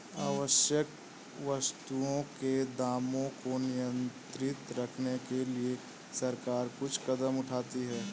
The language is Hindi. आवश्यक वस्तुओं के दामों को नियंत्रित रखने के लिए सरकार कुछ कदम उठाती है